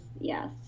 yes